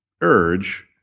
urge